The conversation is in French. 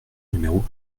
numéro